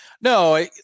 No